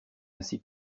ainsi